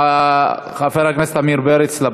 אין מתנגדים, אין נמנעים.